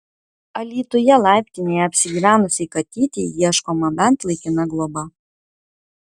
alytuje laiptinėje apsigyvenusiai katytei ieškoma bent laikina globa